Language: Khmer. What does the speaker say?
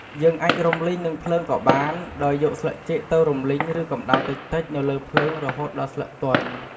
យើងអាចរំលីងនឹងភ្លើងក៏បាន ដោយយកស្លឹកចេកទៅរំលីង ឬកម្តៅតិចៗនៅលើភ្លើងរហូតដល់ស្លឹកទន់។